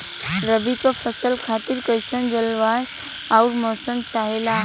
रबी क फसल खातिर कइसन जलवाय अउर मौसम चाहेला?